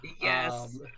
Yes